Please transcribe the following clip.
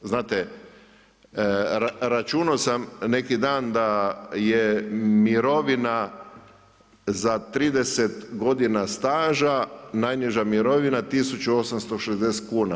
Znate, računao sam neki dan da je mirovina za 30 godina staža najniža mirovina 1860 kuna.